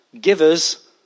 givers